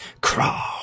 Crawl